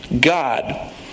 God